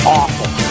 awful